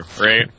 right